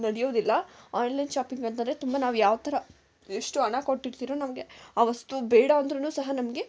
ನಡೆಯೋದಿಲ್ಲ online shopping ಅಂತೆಂದ್ರೆ ತುಂಬ ನಾವು ಯಾವ ಥರ ಎಷ್ಟು ಹಣ ಕೊಟ್ಟಿರ್ತೀರೊ ನಮಗೆ ಆ ವಸ್ತು ಬೇಡಂದ್ರೂ ಸಹ ನಮಗೆ